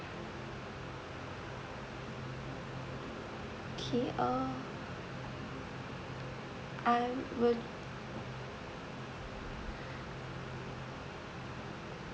okay uh I will